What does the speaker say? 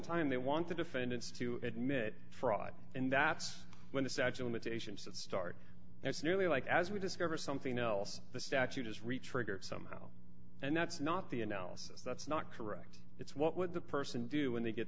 time they want the defendants to admit fraud and that's when the sacha limitations that start it's nearly like as we discover something else the statute is retriggering somehow and that's not the analysis that's not correct it's what would the person do when they get